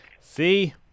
See